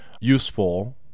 useful